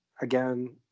again